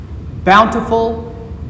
bountiful